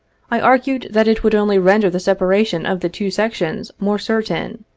i argued that it would only render the separation of the two sections more certain,